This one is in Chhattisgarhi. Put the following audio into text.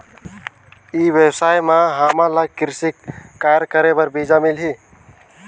ई व्यवसाय म हामन ला कृषि कार्य करे बर बीजा मिलही?